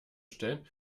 stellen